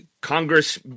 Congress